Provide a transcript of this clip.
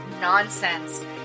nonsense